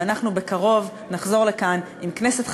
ואנחנו בקרוב נחזור לכאן עם כנסת חדשה,